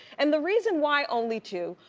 and the reason why only two,